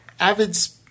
Avids